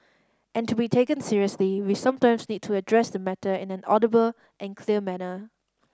and to be taken seriously we sometimes need to address the matter in an audible and clear manner